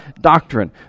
doctrine